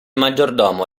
maggiordomo